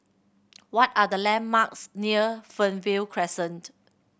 what are the landmarks near Fernvale Crescent